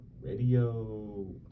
Radio